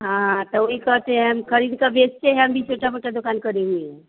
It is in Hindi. हाँ तो वही कहते हैं हम खरीद कर बेचते हें हम भी छोटा मोटा दुकान करेंगे